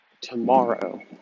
tomorrow